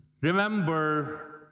Remember